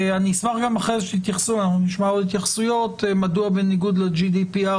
אני אשמח אחרי שנשמע עוד התייחסויות שתגידו מדוע בניגוד ל-GDPR